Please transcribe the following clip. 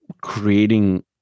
creating